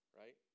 right